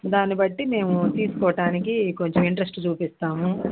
దాని బట్టి మేము తీసుకోవటానికి కొంచెం ఇంటరెస్ట్ చూపిస్తాము